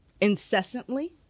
incessantly